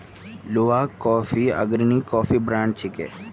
Luwak कॉफियो अग्रणी coffee brand छिके